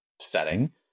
setting